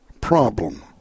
problem